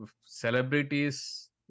celebrities